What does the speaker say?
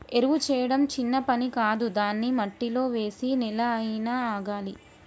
ఎరువు చేయడం చిన్న పని కాదు దాన్ని మట్టిలో వేసి నెల అయినా ఆగాలి